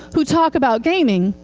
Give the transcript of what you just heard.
who talk about gaming,